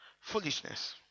foolishness